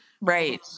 Right